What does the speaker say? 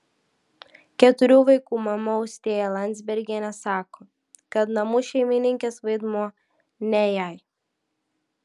keturių vaikų mama austėja landzbergienė sako kad namų šeimininkės vaidmuo ne jai